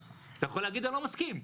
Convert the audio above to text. אתה יכול להגיד, אני לא מסכים.